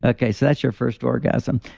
okay, so that's your first orgasm.